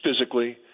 physically